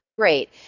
Great